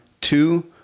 two